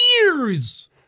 years